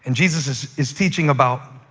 and jesus is teaching about